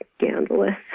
scandalous